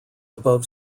above